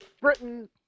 Britain